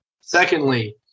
Secondly